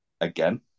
Again